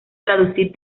traducir